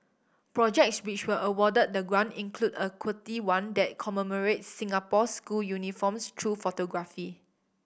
projects which were awarded the grant include a quirky one that commemorates Singapore's school uniforms through photography